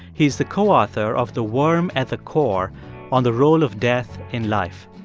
he is the co-author of the worm at the core on the role of death in life.